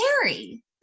scary